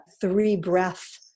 three-breath